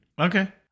Okay